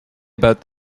about